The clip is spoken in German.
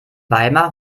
weimar